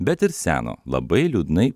bet ir seno labai liūdnai